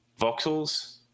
voxels